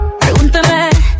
Pregúntame